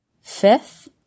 Fifth